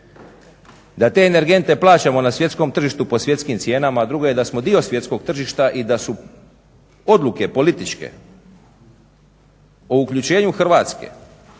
da te energente plaćamo na svjetskom tržištu po svjetskim cijenama, a drugo je da smo dio svjetskog tržišta i da su odluke političke o uključenju Hrvatske